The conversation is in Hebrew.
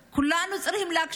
כולנו צריכים לחשוב.